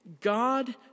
God